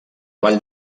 vall